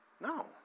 No